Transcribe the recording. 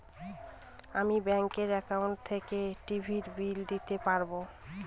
আমি ব্যাঙ্কের একাউন্ট থেকে টিভির বিল দিতে পারবো